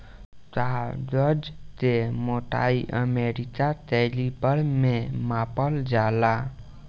कागज के मोटाई अमेरिका कैलिपर में नापल जाला